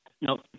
No